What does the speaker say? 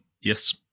yes